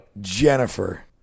Jennifer